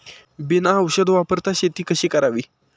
बिना औषध वापरता शेती कशी करावी?